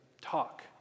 talk